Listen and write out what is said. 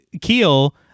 Keel